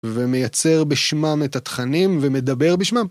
ומייצר בשמם את התכנים ומדבר בשמם.